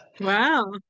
Wow